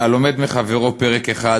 "הלומד מחברו פרק אחד,